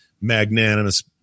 magnanimous